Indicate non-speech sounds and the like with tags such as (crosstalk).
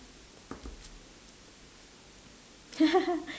(laughs)